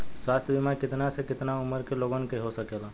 स्वास्थ्य बीमा कितना से कितना उमर के लोगन के हो सकेला?